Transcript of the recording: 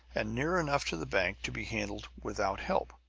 and near enough to the bank to be handled without help.